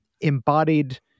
embodied